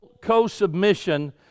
co-submission